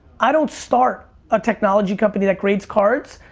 i don't start a technology company that grades cards.